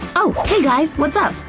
oh, hey guys! what's up?